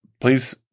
please